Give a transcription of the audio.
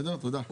תודה.